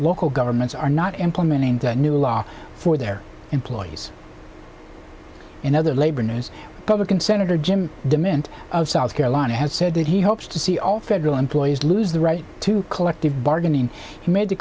local governments are not implementing the new law for their employees in other labor news public and senator jim de mint of south carolina has said that he hopes to see all federal employees lose the right to collective bargaining he made